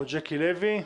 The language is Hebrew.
או ג'קי לוי.